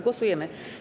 Głosujemy.